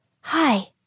Hi